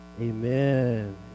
Amen